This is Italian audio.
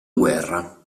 guerra